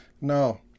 No